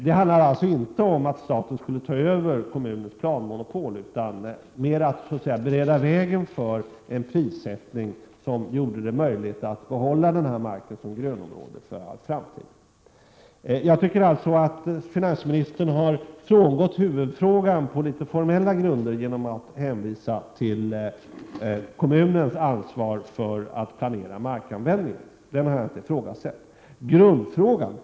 Det handlar alltså inte om att staten skulle ta över kommunens planmonopol utan mer om att man så att säga skall bereda vägen för en prissättning som gör det möjligt att behålla den här marken som grönområde för all framtid. Jag tycker att finansministern har frångått huvudfrågan på litet formella grunder genom att hänvisa till kommunens ansvar att planera markanvändningen. Detta ansvar har jag inte ifrågasatt.